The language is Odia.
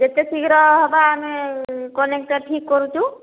ଯେତେ ଶୀଘ୍ର ହେବା ଆମେ କନେକ୍ଟଟା ଠିକ କରୁଛୁ